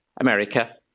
America